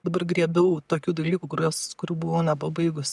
dabar griebiau tokių dalykų kuriuos kurių buvau nepabaigus